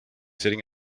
sitting